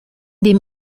dem